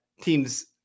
teams